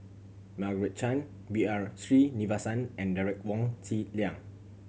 Margaret Chan B R Sreenivasan and Derek Wong Zi Liang